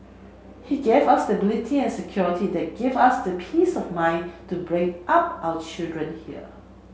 he gave us stability and security that give us the peace of mind to bring up our children here